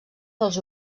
dels